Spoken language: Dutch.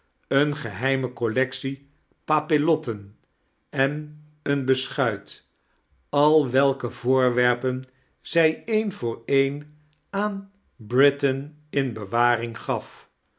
eene gehedme collectie papillotten en een beschuit al welike voorwerpen zij een voor een aan britain in bewaring gaf